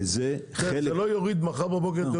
זה לא יוריד את יוקר המחייה מחר בבוקר,